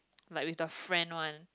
like with the friend one